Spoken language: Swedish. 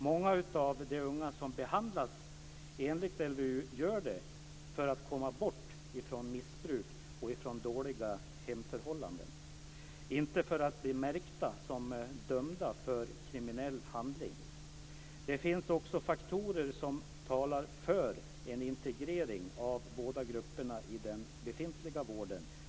Många av de unga som behandlas enligt LVU gör det för att komma bort från missbruk och från dåliga hemförhållanden, inte för att bli märkta som dömda för kriminell handling. Det finns också faktorer som talar för en integrering av båda grupperna i den befintliga vården.